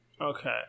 Okay